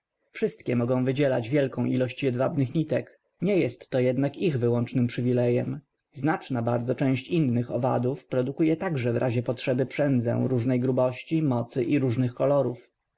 wszystkie mogą wydzielać wielką ilość jedwabnych nitek nie jest to jednak ich wyłącznym przywilejem znaczna bardzo część innych owadów produkuje także w razie potrzeby przędzę różnej grubości mocy i różnych kolorów